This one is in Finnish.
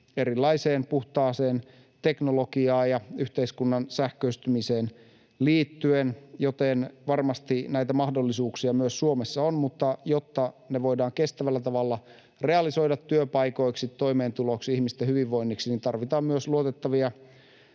erilaiseen puhtaaseen teknologiaan ja yhteiskunnan sähköistymiseen liittyen, joten varmasti näitä mahdollisuuksia myös Suomessa on, mutta jotta ne voidaan kestävällä tavalla realisoida työpaikoiksi, toimeentuloksi, ihmisten hyvinvoinniksi, niin tarvitaan myös luotettavia